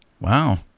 Wow